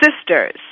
sisters